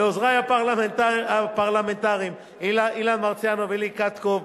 ועוזרי הפרלמנטריים אילן מרסיאנו ולי קטקוב,